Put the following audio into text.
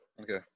Okay